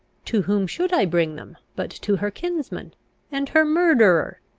to whom should i bring them but to her kinsman and her murderer.